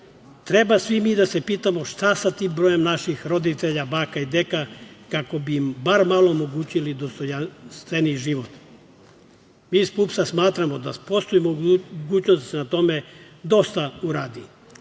Treba svi mi da se pitamo šta sa tim brojem naših roditelja, baka i deka kako bi im bar malo omogućili dostojanstveniji život. Mi iz PUPS-a smatramo da postoji mogućnost da se na tome dosta